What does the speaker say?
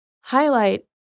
highlight